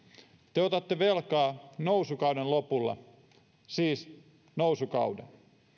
te otatte velkaa nousukauden lopulla siis nousukauden